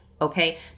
okay